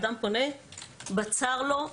אדם פונה בצר לו.